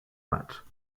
mat